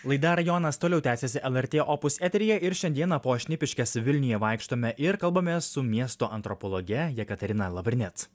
laida rajonas toliau tęsiasi lrt opus eteryje ir šiandieną po šnipiškes vilniuje vaikštome ir kalbame su miesto antropologe jekaterina lavrinec